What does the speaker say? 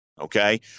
Okay